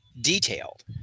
detailed